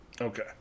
Okay